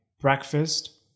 breakfast